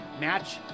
match